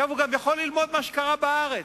הוא גם יכול ללמוד ממה שקרה בארץ.